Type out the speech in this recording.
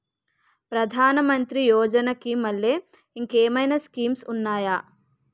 ప్రధాన మంత్రి యోజన కి మల్లె ఇంకేమైనా స్కీమ్స్ ఉన్నాయా?